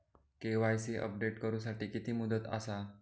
KYC update करू साठी किती मुदत आसा?